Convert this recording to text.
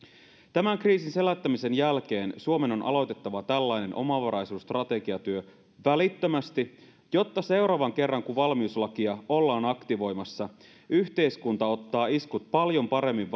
tämän kriisin selättämisen jälkeen suomen on aloitettava tällainen omavaraisuusstrategiatyö välittömästi jotta seuraavan kerran kun valmiuslakia ollaan aktivoimassa yhteiskunta ottaa iskut vastaan paljon paremmin